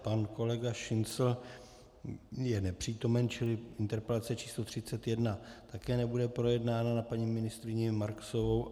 Pan kolega Šincl je nepřítomen, čili interpelace číslo 31 také nebude projednána, na paní ministryni Marksovou.